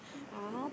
!huh!